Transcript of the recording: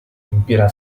piena